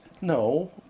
No